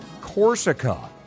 Corsica